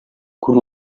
kuri